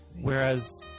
Whereas